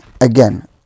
Again